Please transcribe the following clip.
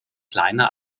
kleiner